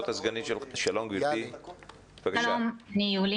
אני יולי